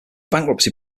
bankruptcy